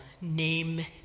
Name